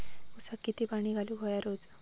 ऊसाक किती पाणी घालूक व्हया रोज?